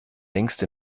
längst